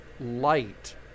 light